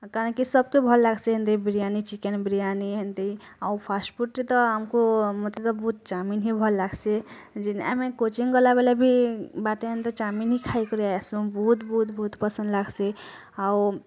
କାହିଁକି ସବ୍କି ଭଲ ଲାଗ୍ସି ଏମତି ବିରିୟାନୀ ଚିକେନ୍ ବିରିୟାନୀ ଏନ୍ତି ଆଉ ଫାଷ୍ଟ ଫୁଡ଼୍ ତ ଆମକୁ ମୋତେ ତ ବହୁତ ଚାଉମିନ୍ ହିଁ ଭଲ ଲାଗ୍ସି ଆମେ କୋଚିଂ ଗଲା ବେଲେ ବି ବାଟେ ଏମନ୍ତି ଚାଉମିନ୍ ହିଁ ଖାଇ କରି ଆସୁନ ବହୁତ ବହୁତ ବହୁତ ପସନ୍ଦ ଲାଗ୍ସି ଆଉ